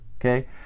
Okay